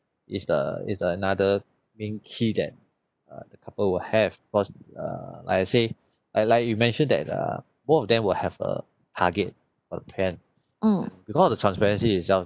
is the is another I mean key that uh the couple will have because err like I say uh like you mentioned that err both of them will have a target a plan because of the transparency itself